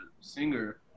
singer